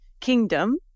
kingdom